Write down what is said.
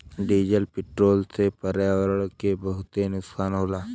diesel petrol से पर्यावरण के बहुते नुकसान होला